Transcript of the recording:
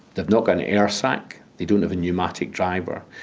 they have not got an air sac, they don't have a pneumatic driver,